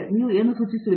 ನೀವು ಏನು ಸೂಚಿಸುವಿರಿ